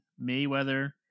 Mayweather